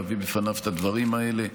להביא בפניו את הדברים האלה.